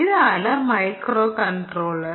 ഇതാണ് മൈക്രോകൺട്രോളർ